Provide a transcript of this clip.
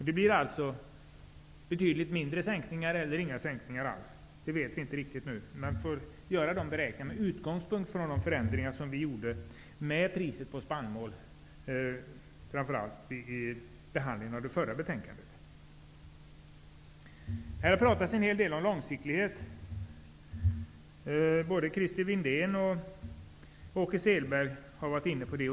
Det blir alltså betydligt mindre sänkningar eller inga sänkningar alls. Det vet vi inte riktigt nu. Man får göra de beräkningarna med utgångspunkt från de förändringar som vi gjorde med priset på framför allt spannmål vid behandlingen av det förra betänkandet. Det har pratats en hel del om långsiktighet. Både Christer Windén och Åke Selberg har varit inne på det.